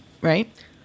right